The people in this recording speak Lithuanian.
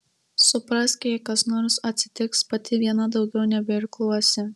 suprask jei kas nors atsitiks pati viena daugiau nebeirkluosi